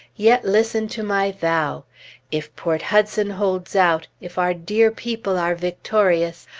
yet listen to my vow if port hudson holds out, if our dear people are victorious,